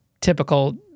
typical